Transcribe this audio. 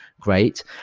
great